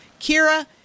Kira